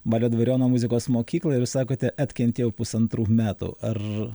balio dvariono muzikos mokyklą ir sakote atkentėjau pusantrų metų ar